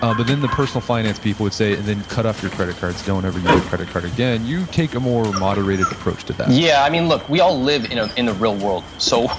ah but then the personal finance people would say and then cut up your credit cards, don't ever use your credit card again. you take a more moderated approach to that yeah. i mean look, we all live in in the real world. so,